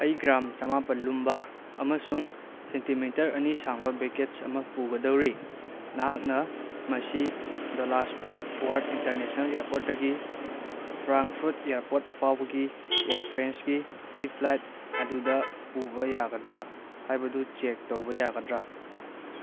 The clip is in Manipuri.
ꯑꯩ ꯒ꯭ꯔꯥꯝ ꯆꯃꯥꯄꯟ ꯂꯨꯝꯕ ꯑꯃꯁꯨꯡ ꯁꯦꯟꯇꯤꯃꯤꯇꯔ ꯑꯅꯤ ꯁꯥꯡꯕ ꯕꯦꯀꯦꯠꯁ ꯑꯃ ꯄꯨꯒꯗꯧꯔꯤ ꯅꯍꯥꯛꯅ ꯃꯁꯤ ꯗꯣꯂꯥꯁ ꯐꯣꯔꯠ ꯋꯥꯔꯠ ꯏꯟꯇꯔꯅꯦꯁꯅꯦꯜ ꯏꯌꯥꯔꯄꯣꯔꯠꯇꯤꯒꯤ ꯐ꯭ꯔꯥꯡꯐꯨꯗ ꯏꯌꯥꯔꯄꯣꯔꯠꯇꯒꯤ ꯏꯌꯥꯔ ꯐ꯭ꯔꯦꯟꯁꯀꯤ ꯐ꯭ꯂꯥꯏꯠ ꯑꯗꯨꯗ ꯄꯨꯕ ꯌꯥꯒꯗ꯭ꯔꯥ ꯍꯥꯏꯕꯗꯨ ꯆꯦꯛ ꯇꯧꯕ ꯌꯥꯒꯗ꯭ꯔꯥ